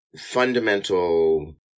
fundamental